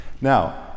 now